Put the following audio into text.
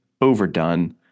overdone